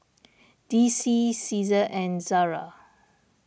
D C Cesar and Zara